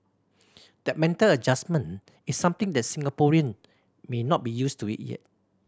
that mental adjustment is something that Singaporean may not be used to it yet